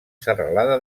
serralada